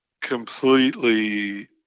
completely